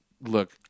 Look